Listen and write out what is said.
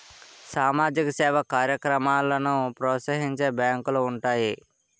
సామాజిక సేవా కార్యక్రమాలను ప్రోత్సహించే బ్యాంకులు ఉంటాయి